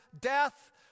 death